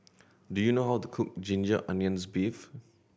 do you know how to cook ginger onions beef